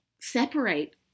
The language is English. separate